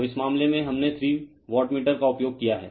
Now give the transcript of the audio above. तो इस मामले में हमने थ्री वाटमीटर का उपयोग किया है